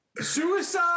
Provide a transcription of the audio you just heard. Suicide